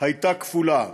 הייתה כפולה: